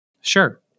Sure